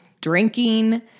drinking